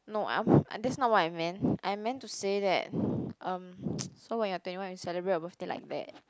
no I that's not what I meant I meant to say that um so when you're twenty one you celebrate your birthday like that